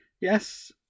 Yes